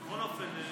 בכל אופן,